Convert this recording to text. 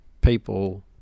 people